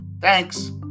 Thanks